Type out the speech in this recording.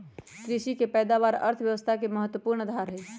कृषि के पैदावार अर्थव्यवस्था के महत्वपूर्ण आधार हई